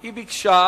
רבותי,